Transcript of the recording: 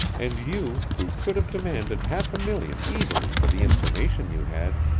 and you, who could have demanded half a million easily for the information you had,